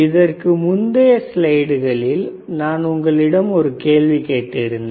இதற்கு முந்தைய ஸ்லைடுகளில் நான் உங்களிடம் ஒரு கேள்வி கேட்டிருந்தேன்